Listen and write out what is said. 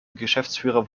geschäftsführer